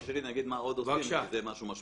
תרשה לי לומר מה עוד עושים כי זה משמעותי.